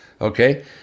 Okay